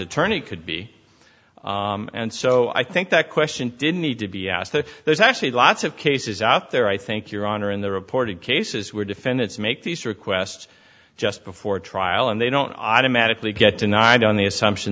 attorney could be and so i think that question didn't need to be asked that there's actually lots of cases out there i think your honor in the reported cases where defendants make these requests just before trial and they don't automatically get denied on the assumption